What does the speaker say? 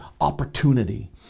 opportunity